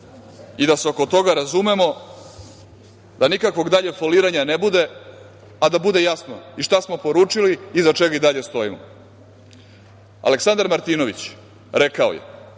i da se oko toga razumemo da nikakvog dalje foliranja ne bude, a da bude jasno i šta smo poručili, iza čega i dalje stojimo. Aleksandar Martinović rekao je